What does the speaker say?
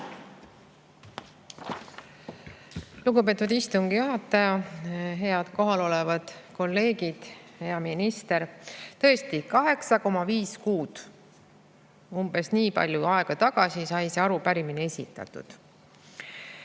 Lugupeetud istungi juhataja! Head kohal olevad kolleegid! Hea minister! Tõesti, 8,5 kuud, umbes nii palju aega tagasi sai see arupärimine esitatud.